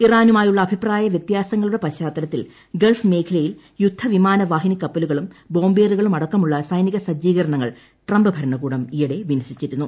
ഇറാനുമായുള്ള അഭിപ്രായ വൃത്യാസങ്ങളുടെ പശ്ചാത്തലത്തിൽ ഗൾഫ് മേഖലയിൽ യുദ്ധവിമാനവാഹിനിക്കപ്പലുകളും ബോംബറുകളും അടക്കമുള്ള സൈനിക സജ്ജീകരണങ്ങൾ ട്രംപ് ഭരണകൂടം ഈയിടെ വിന്യസിച്ചിരുന്നു